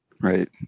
Right